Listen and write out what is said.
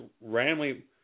randomly